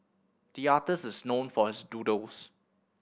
the artist is known for his doodles